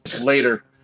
later